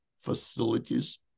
facilities